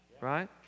Right